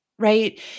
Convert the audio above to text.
right